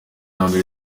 ati